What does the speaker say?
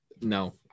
no